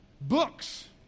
Books